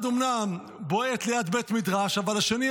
אחד אומנם בועט ליד בית מדרש אבל השני,